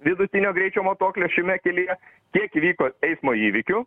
vidutinio greičio matuoklio šiame kelyje kiek vyko eismo įvykių